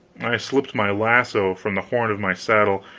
i slipped my lasso from the horn of my saddle,